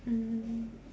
mm